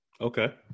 Okay